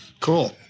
Cool